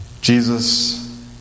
Jesus